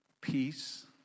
peace